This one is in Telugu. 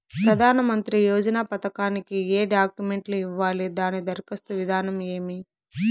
ప్రధానమంత్రి యోజన పథకానికి ఏ డాక్యుమెంట్లు ఇవ్వాలి దాని దరఖాస్తు విధానం ఏమి